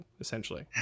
essentially